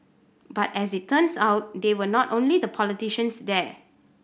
but as it turns out they were not only the politicians there